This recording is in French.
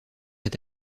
est